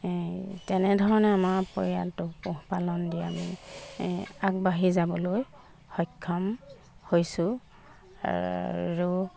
তেনেধৰণে আমাৰ পৰিয়ালটো পোহ পালন দি আমি আগবাঢ়ি যাবলৈ সক্ষম হৈছো আৰু